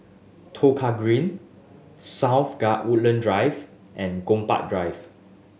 Kong Green South Woodland Drive and Gombak Drive